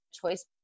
choice